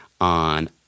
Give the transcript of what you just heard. on